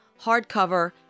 hardcover